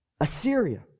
Assyria